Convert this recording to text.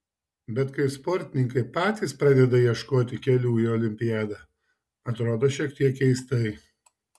bet kai sportininkai patys pradeda ieškoti kelių į olimpiadą atrodo šiek tiek keistai